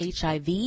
HIV